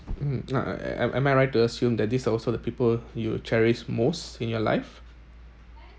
um a~ a~ am am I right to assume that this are also the people you cherish most in your life